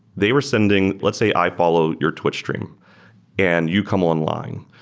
they were sending let's say i follow your twitch stream and you come online.